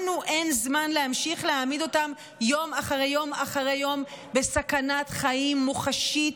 לנו אין זמן להמשיך להעמיד אותם יום אחרי יום בסכנת חיים מוחשית,